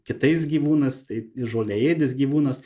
kitais gyvūnas tai žoleėdis gyvūnas